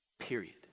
period